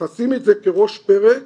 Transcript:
שימי את זה כראש פרק,